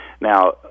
Now